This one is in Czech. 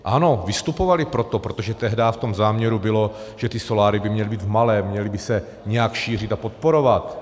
Ano, vystupovali pro to, protože tehdy v tom záměru bylo, že ty soláry by měly být v malém, měly by se nějak šířit a podporovat.